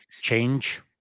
change